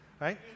right